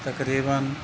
ਤਕਰੀਬਨ